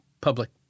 public